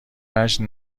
وجه